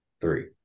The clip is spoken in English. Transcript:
three